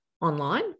online